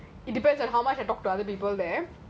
it depends on how much I talk to other people there